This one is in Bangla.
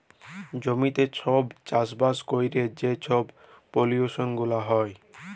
জমিতে ছব চাষবাস ক্যইরে যে ছব পলিউশল গুলা হ্যয়